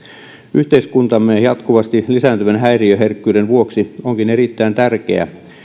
yhteiskuntamme jatkuvasti lisääntyvän häiriöherkkyyden vuoksi onkin erittäin tärkeää